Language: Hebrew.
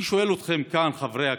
אני שואל אתכם כאן, חברי הכנסת: